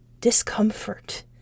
discomfort